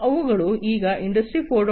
ಅವುಗಳು ಈಗ ಇಂಡಸ್ಟ್ರಿ 4